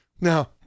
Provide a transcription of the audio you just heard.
Now